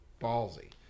ballsy